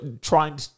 trying